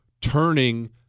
turning